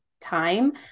time